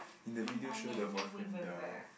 in the video show the boyfriend die